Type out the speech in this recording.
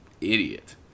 idiot